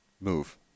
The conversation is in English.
Move